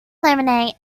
laminate